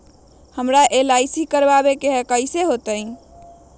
हमरा एल.आई.सी करवावे के हई कैसे होतई?